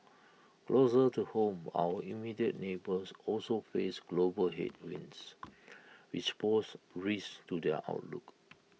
closer to home our immediate neighbours also face global headwinds which pose risks to their outlook